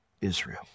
Israel